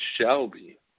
Shelby